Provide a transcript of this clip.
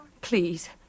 Please